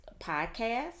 podcast